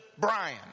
Brian